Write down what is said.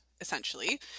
essentially